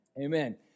Amen